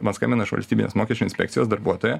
man paskambina iš valstybinės mokesčių inspekcijos darbuotoja